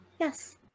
Yes